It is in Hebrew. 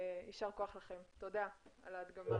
יישר כוח ותודה על ההדגמה.